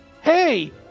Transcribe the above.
Hey